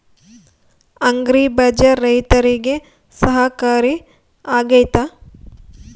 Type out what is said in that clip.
Agri Bazaar ರೈತರಿಗೆ ಸಹಕಾರಿ ಆಗ್ತೈತಾ?